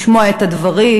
לשמוע את הדברים,